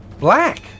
black